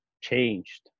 changed